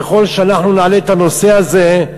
ככל שאנחנו נעלה את הנושא הזה,